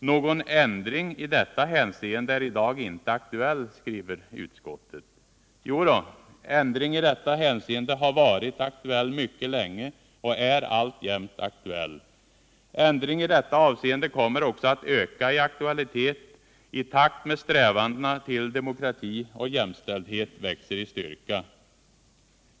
”Någon ändring i detta hänseende är i dag inte aktuell”, skriver utskottet. Jo då, ändring i detta hänseende har varit aktuell mycket länge och är alltjämt aktuell. Ändring i detta hänseende kommer också att öka i aktualitet i takt med att strävandena till demokrati och jämställdhet växer i styrka.